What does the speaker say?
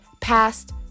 past